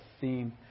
theme